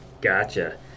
Gotcha